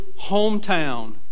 hometown